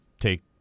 take